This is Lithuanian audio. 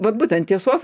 vat būtent tiesos